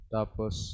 Tapos